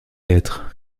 être